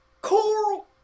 Coral